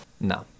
No